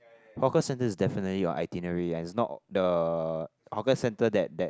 hawker centre is definitely your itinerary it's not the hawker centre that that